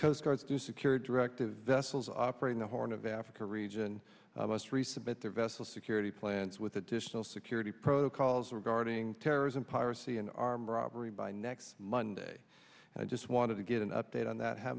coast guards to secure directive vessels operating the horn of africa region must resubmit their vessel security plans with additional security protocols regarding terrorism piracy and armed robbery by next monday and i just want to get an update on that how